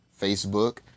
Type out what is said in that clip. Facebook